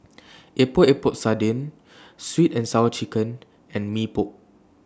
Epok Epok Sardin Sweet and Sour Chicken and Mee Pok